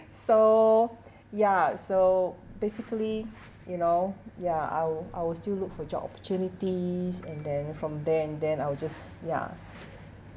so ya so basically you know ya I'll I'll still look for job opportunities and then from there and then I'll just ya